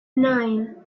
nine